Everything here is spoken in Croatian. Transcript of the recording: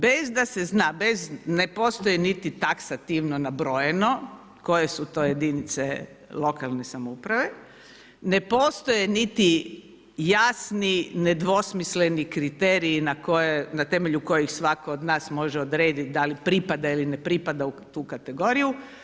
Bez da se zna, ne postoji niti taksativno nabrojeno koje su to jedinice lokalne samouprave, ne postoje niti jasni nedvosmisleni kriteriji na temelju kojih svatko od nas može odrediti da li pripada ili ne pripada u tu kategoriju.